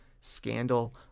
scandal